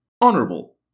honorable